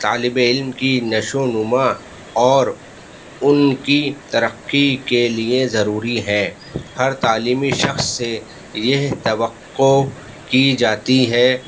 طالب علم کی نشو و نما اور ان کی ترقّی کے لیے ضروری ہے ہر تعلیمی شخص سے یہ توقع کی جاتی ہے